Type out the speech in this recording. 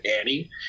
Annie